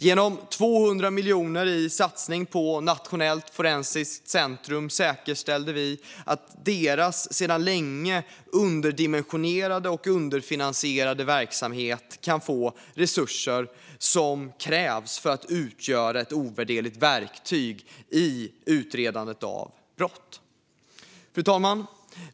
Genom 200 miljoner i satsning på Nationellt forensiskt centrum säkerställer vi att deras sedan länge underdimensionerade och underfinansierade verksamhet kan få de resurser som krävs för att utgöra ett ovärderligt verktyg i utredandet av brott. Fru talman!